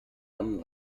lamm